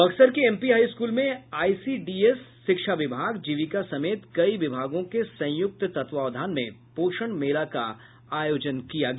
बक्सर के MP high school में ICDS शिक्षा विभाग जीविका समेत कई विभागों के संयुक्त तत्वावधान में पोषण मेला का आयोजन किया गया